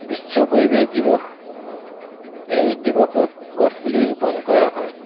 বিশ্ব পৰিবেশ দিৱস এই দিৱসত গছ পুলি ৰোপন কৰা হয়